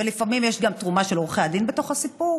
ולפעמים יש גם תרומה של עורכי הדין בתוך הסיפור,